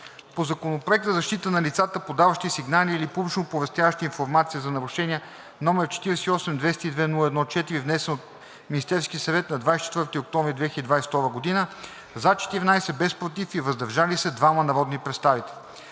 по Законопроекта за защита на лицата, подаващи сигнали или публично оповестяващи информация за нарушения, № 48-202-01-4, внесен от Министерския съвет на 24 октомври 2022 г.: „за“ – 14, без „против“ и „въздържал се“ – 2 народни представители.